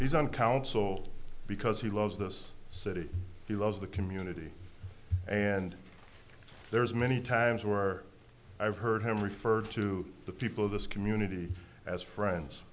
he's on council because he loves this city he loves the community and there's many times where i've heard him referred to the people of this community as friends